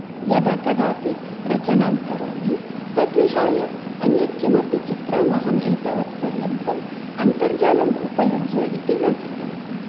यदा कदापि रचनां करोमि तद्विहाय अन्यत् किमपि चित्रम् अहं एतावत् पर्यन्तम् अन्तर्जालम् उपयुज्य इति न कृतवती